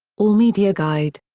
all media guide.